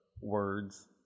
words